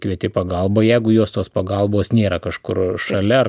kvieti pagalbą jeigu jos tos pagalbos nėra kažkur šalia ar